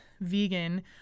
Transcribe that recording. vegan